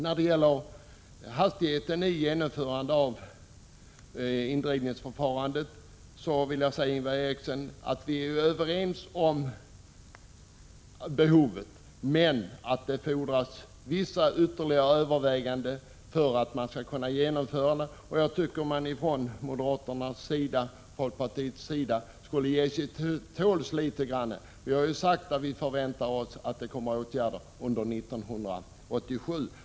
När det gäller snabbheten vid genomförande av indrivningsförfarandet vill jag till Ingvar Eriksson säga att vi är överens om behovet, men det fordras vissa ytterligare överväganden för att man skall kunna genomföra förslaget. Jag tycker att moderater och folkpartister borde kunna ge sig till tåls. Vi har ju sagt att vi förväntar oss åtgärder under 1987.